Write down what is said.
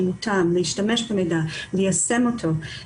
להשתמש במידע וליישם אותו.